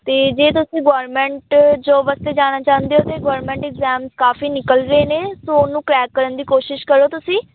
ਅਤੇ ਜੇ ਤੁਸੀਂ ਗੌਰਮੈਂਟ ਜੋਬ ਵਾਸਤੇ ਜਾਣਾ ਚਾਹੁੰਦੇ ਹੋ ਤਾਂ ਗੌਰਮੈਂਟ ਇਗਜ਼ਾਮਸ ਕਾਫ਼ੀ ਨਿਕਲ ਰਹੇ ਨੇ ਸੋ ਉਹਨੂੰ ਕਰੈਕ ਕਰਨ ਦੀ ਕੋਸ਼ਿਸ਼ ਕਰੋ ਤੁਸੀਂ